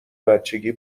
بچگی